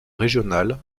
régional